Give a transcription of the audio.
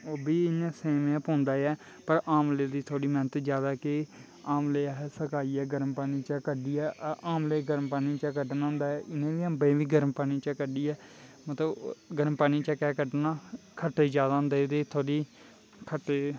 ओह् बी सेम गै पौंदा ऐ पर आमले दी थोह्ड़ी मैह्नत जैदा कि आमले अस सकाइयै गर्म पानी चा कड्ढियै आमले गी गर्म पानी चा कड्ढना होंदा अम्बै गी बी गर्म पानी चा कड्ढियै गर्म पानी चा केह् कड्ढना खट्टे जैदा होंदे ओह्दी